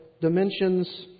dimensions